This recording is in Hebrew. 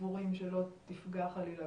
סבורים שלא תפגע חלילה